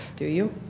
do you?